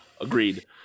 Agreed